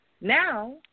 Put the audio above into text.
Now